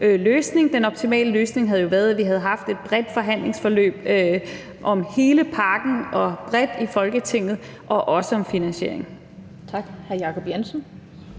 Den optimale løsning havde jo været, at vi havde haft et bredt forhandlingsforløb om hele pakken og bredt i Folketinget og også om finansieringen.